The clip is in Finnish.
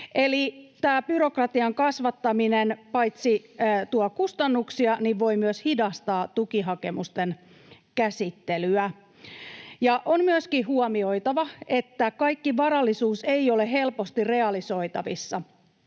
Eli tämä byrokratian kasvattaminen paitsi tuo kustannuksia myös voi hidastaa tukihakemusten käsittelyä. On myöskin huomioitava, että kaikki varallisuus ei ole helposti realisoitavissa.